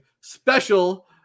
special